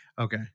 Okay